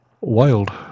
wild